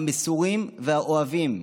המסורים והאוהבים,